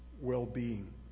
well-being